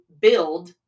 build